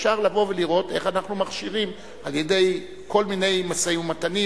אפשר לבוא ולראות איך אנחנו מכשירים על-ידי כל מיני משאים-ומתנים,